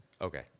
Okay